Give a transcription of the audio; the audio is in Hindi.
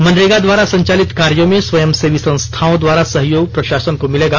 मनरेगा द्वारा संचालित कार्यो में स्वयंसेवी संस्थाओं द्वारा सहयोग प्रषासन को मिलेगा